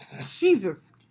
Jesus